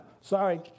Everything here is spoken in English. Sorry